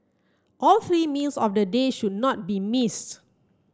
all three meals of the day should not be missed